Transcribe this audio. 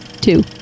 two